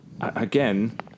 again